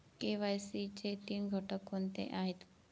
KYC चे तीन घटक कोणते आहेत?